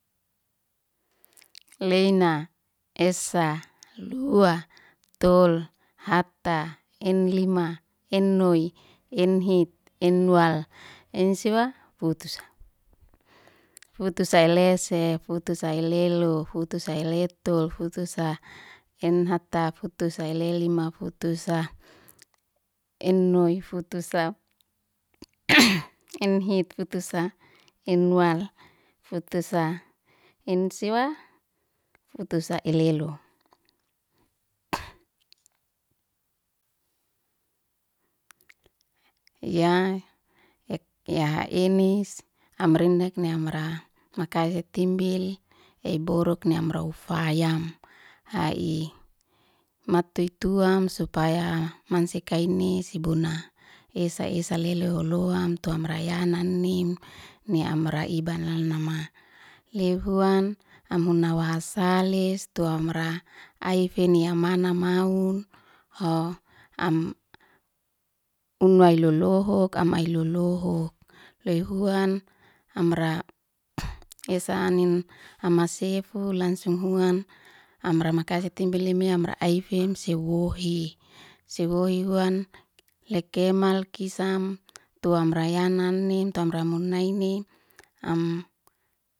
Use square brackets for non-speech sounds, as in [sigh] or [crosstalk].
Leina esa lua tol hata enlima ennoi enhit enwal ensiwa futusa fuuta elese futus elelo futusa eleto futusa enhata futusa elelima futusa ennoi futusa [noise] enhit futusa enwal futusa ensiwa futusa elelo [hesitation] ya- ya enis amri nehek amraha makai te timbil ei boruk ni amra ufayam ai mati tuam supaya mansia kaini sibuna esa esa lelehoi luam tu amra yananim ni amr ibal l nama leu huan am huna waha sales tu amra aife ni amana maun'ho am umnai lolohuk am ai lolohuk, loy huan amr [hesitation] esa anin ama sefu langsung hua mra makaife sitimbil leme'am amra ai feem si wohi. si wohi huan lekemal kisam tu amra yananim tu amra munaini am.